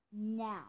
now